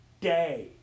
day